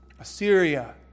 Assyria